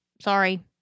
Sorry